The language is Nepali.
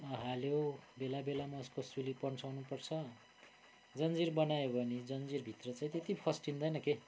हाल्यो बेला बेलामा उसको सुली पन्साउनुपर्छ जन्जिर बनायो भने जन्जिरभित्र चाहिँ त्यत्ति फस्टिँदैन के